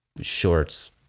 shorts